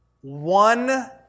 one